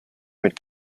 mit